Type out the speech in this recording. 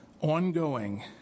ongoing